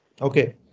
Okay